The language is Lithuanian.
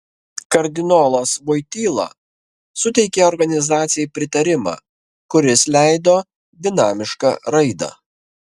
kardinolas voityla suteikė organizacijai pritarimą kuris leido dinamišką raidą